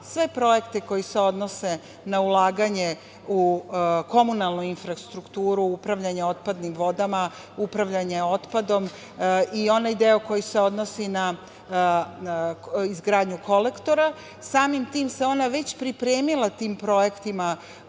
sve projekte koji se odnose na ulaganje u komunalnu infrastrukturu, upravljanje otpadnim vodama, upravljanje otpadom i onaj deo koji se odnosi na izgradnju kolektora. Samim tim se ona već pripremila tim projektima,